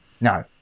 No